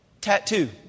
tattoo